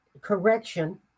correction